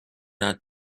not